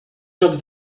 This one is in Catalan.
joc